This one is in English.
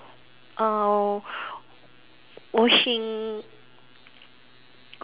uh washing